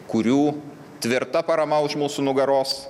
kurių tvirta parama už mūsų nugaros